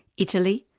italy,